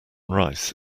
rice